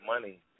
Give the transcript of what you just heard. money